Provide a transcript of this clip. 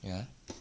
ya